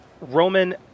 Roman